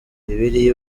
bibiliya